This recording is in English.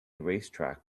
racetrack